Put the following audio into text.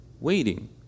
waiting